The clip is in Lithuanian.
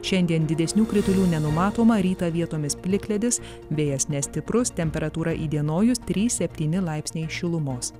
šiandien didesnių kritulių nenumatoma rytą vietomis plikledis vėjas nestiprus temperatūra įdienojus trys septyni laipsniai šilumos